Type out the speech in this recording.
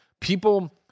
people